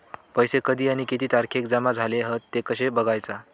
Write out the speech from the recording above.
पैसो कधी आणि किती तारखेक जमा झाले हत ते कशे बगायचा?